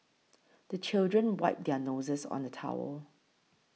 the children wipe their noses on the towel